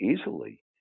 easily